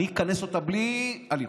אני אכנס אותה בלי הליכוד.